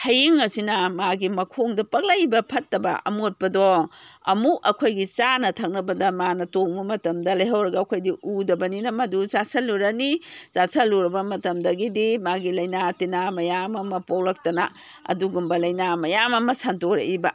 ꯍꯌꯤꯡ ꯑꯁꯤꯅ ꯃꯥꯒꯤ ꯃꯈꯣꯡꯗ ꯄꯛꯂꯛꯏꯕ ꯐꯠꯇꯕ ꯑꯃꯣꯠꯄꯗꯣ ꯑꯃꯨꯛ ꯑꯩꯈꯣꯏꯒꯤ ꯆꯥꯅ ꯊꯛꯅꯕꯗ ꯃꯥꯅ ꯇꯣꯡꯉ ꯃꯇꯝꯗ ꯂꯩꯍꯧꯔꯒ ꯑꯩꯈꯣꯏꯗꯤ ꯎꯗꯕꯅꯤꯅ ꯃꯗꯨ ꯆꯥꯁꯜꯂꯨꯔꯅꯤ ꯆꯥꯁꯜꯂꯨꯔꯕ ꯃꯇꯝꯗꯒꯤꯗꯤ ꯃꯥꯒꯤ ꯂꯩꯅꯥ ꯇꯤꯟꯅꯥ ꯃꯌꯥꯝ ꯑꯃ ꯄꯣꯛꯂꯛꯇꯅ ꯑꯗꯨꯒꯨꯝꯕ ꯂꯩꯅꯥ ꯃꯌꯥꯝ ꯑꯃ ꯁꯟꯗꯣꯔꯛꯏꯕ